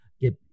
get